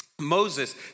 Moses